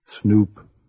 Snoop